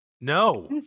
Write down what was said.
No